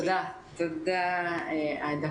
תודה עאידה.